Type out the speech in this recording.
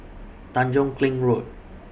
Tanjong Kling Road